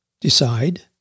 decide